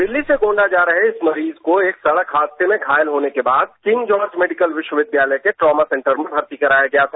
दिल्ली से गॉडा जा रहे इस मरीज को एक सड़क हादसे में घायत होने के बाद किंग जॉर्ज मेडिकल विश्वविद्यालय के ट्रॉमा सेंटर में शर्ती कराया गया था